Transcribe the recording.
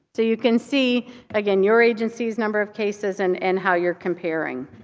so you can see again, your agency's number of cases and and how you're comparing.